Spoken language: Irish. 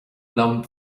liom